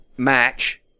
Match